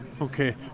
Okay